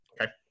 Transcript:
Okay